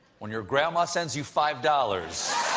when your grandma sends you five dollars,